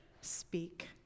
speak